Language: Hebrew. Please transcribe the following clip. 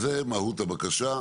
זה מהות הבקשה.